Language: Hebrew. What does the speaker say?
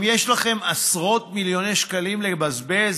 אם יש לכם עשרות מיליוני שקלים לבזבז